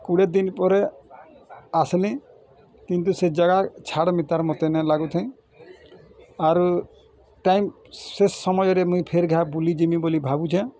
କୋଡ଼ିଏ ଦିନ ପରେ ଆସିଲି କିନ୍ତୁ ସେ ଜାଗା ଛାଡ଼ ମିତର ମୋତେ ନାଇଁ ଲାଗୁଥାଇଁ ଆରୁ ଟାଇମ୍ ସେ ସମୟରେ ମୁଇଁ ଫେରଘା ବୁଲିଯିମି ବୋଲି ଭାବୁଛେ